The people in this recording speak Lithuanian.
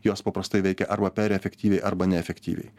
jos paprastai veikia arba per efektyviai arba neefektyviai